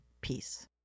peace